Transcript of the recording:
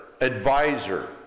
advisor